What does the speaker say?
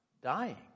Dying